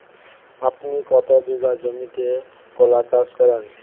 আপনি কত বিঘা জমিতে কলা চাষ করেন?